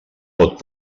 pot